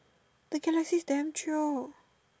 the galaxies damn chio